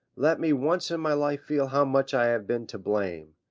let me once in my life feel how much i have been to blame.